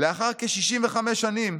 לאחר כ-65 שנים